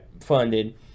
funded